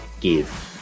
give